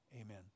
Amen